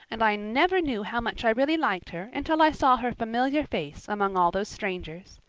and i never knew how much i really liked her until i saw her familiar face among all those strangers.